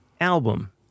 album